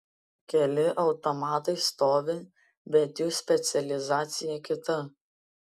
keli automatai stovi bet jų specializacija kita